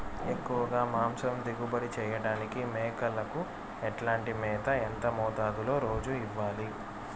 ఎక్కువగా మాంసం దిగుబడి చేయటానికి మేకలకు ఎట్లాంటి మేత, ఎంత మోతాదులో రోజు ఇవ్వాలి?